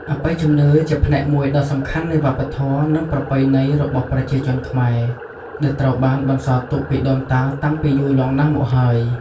អបិយជំនឿជាផ្នែកមួយដ៏សំខាន់នៃវប្បធម៌ និងប្រពៃណីរបស់ប្រជាជនខ្មែរ ដែលត្រូវបានបន្សល់ទុកពីដូនតាតាំងពីយូរលង់ណាស់មកហើយ។